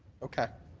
okay.